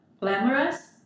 glamorous